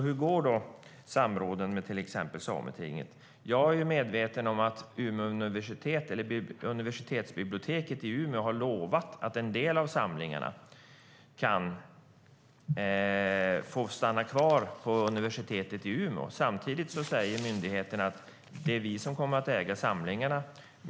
Hur går samråden med till exempel sametinget? Jag är medveten om att universitetsbiblioteket i Umeå har lovat att en del av samlingarna kan få vara kvar på universitetet i Umeå. Samtidigt säger myndigheten att det är den som kommer att äga samlingarna.